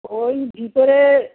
ওই ভিতরের